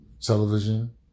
television